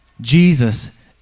Jesus